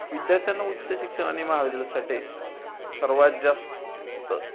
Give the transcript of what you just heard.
विद्यार्थ्यांना उच्च शिक्षण आणि महाविद्यालयासाठी सर्वात जास्त